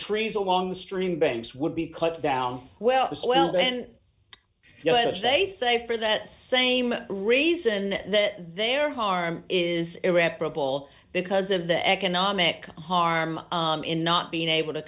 trees along the stream banks would be cut down well then yes they say for that same reason that there harm is irreparable because of the economic harm in not being able to